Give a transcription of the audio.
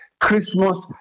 Christmas